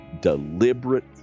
deliberate